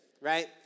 right